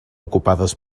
ocupades